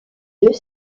deux